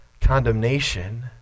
condemnation